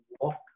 walk